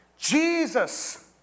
Jesus